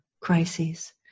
crises